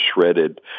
shredded